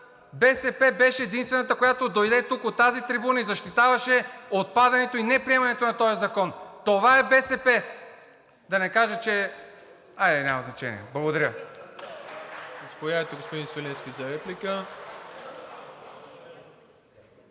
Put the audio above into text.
БСП беше единствената, която дойде тук, от тази трибуна, и защитаваше отпадането и неприемането на този закон. Това е БСП, да не кажа, че… Хайде, няма значение. Благодаря.